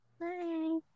Bye